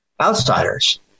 outsiders